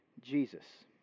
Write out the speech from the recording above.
Jesus